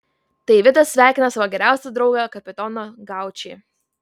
tai vidas sveikina savo geriausią draugą kapitoną gaučį